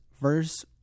verse